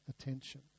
attention